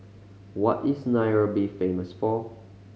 what is Nairobi famous for